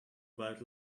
about